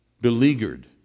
beleaguered